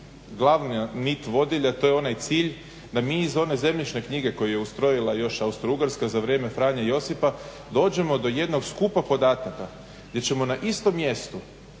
glavna nit vodilja, to je onaj cilj da mi iz one zemljišne knjige koju je još ustrojila Austro-ugarska za vrijeme Franje Josipa dođemo do jednog skupa podataka gdje ćemo na istom mjestu